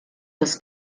das